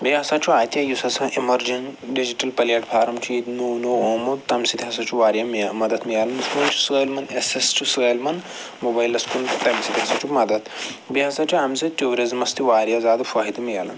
بیٚیہِ ہَسا چھُ اَتہِ یُس ہَسا اِمَرجَنٛٹ ڈِجٹَل پٕلیٹفارم چھُ ییٚتہِ نو نو آمُت تَمہِ سۭتۍ ہَسا چھُ وارِیاہ مےٚ مدتھ مِلان سٲلمَن اٮ۪س اٮ۪س چھُ سٲلِمن موبایلس کُن تہٕ تَمہِ سۭتۍ ہَسا چھُ مدتھ بیٚیہِ ہَسا چھُ اَمہِ سۭتۍ ٹیوٗرِزمَس تہِ وارِیاہ زیادٕ فٲیدٕ مِلان